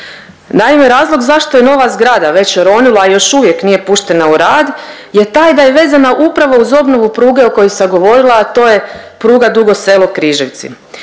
Naime, razlog zašto je nova zgrada već oronula, a još uvijek nije puštena u rad je taj da je vezana upravo uz obnovu pruge o kojoj sam govorila, a to je pruga Dugo Selo-Križevci